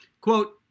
Quote